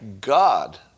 God